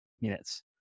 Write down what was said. minutes